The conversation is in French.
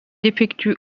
effectue